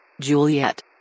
Juliet